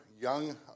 young